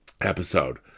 episode